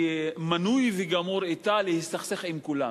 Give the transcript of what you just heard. ומנוי וגמור אתה להסתכסך עם כולם,